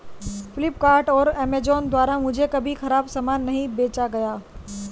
फ्लिपकार्ट और अमेजॉन द्वारा मुझे कभी खराब सामान नहीं बेचा गया